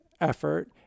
effort